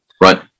Right